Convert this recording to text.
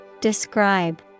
Describe